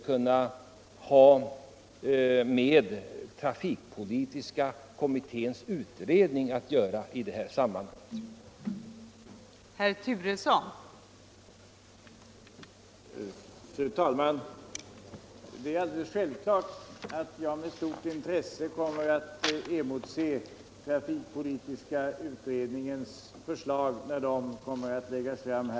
Men med trafikpolitiska kommitténs arbete har det här anslaget som sagt ingenting att göra.